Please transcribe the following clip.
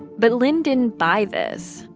but lynn didn't buy this.